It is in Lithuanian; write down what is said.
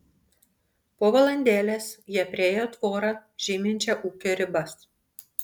po valandėlės jie priėjo tvorą žyminčią ūkio ribas